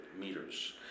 meters